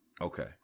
Okay